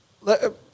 let